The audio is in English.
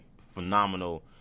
phenomenal